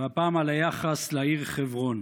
והפעם על היחס לעיר חברון.